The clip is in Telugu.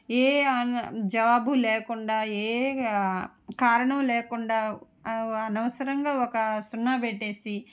ఏ ఆన్ జావాబు లేకుండా ఏ కారణము లేకుండా అనవసరంగా ఒక సున్నా పెట్టేసి